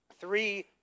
three